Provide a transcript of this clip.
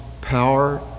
power